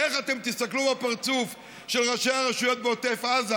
איך אתם תסתכלו בפרצוף של ראשי הרשויות בעוטף עזה